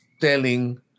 telling